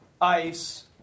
ice